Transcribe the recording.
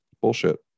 Bullshit